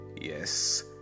Yes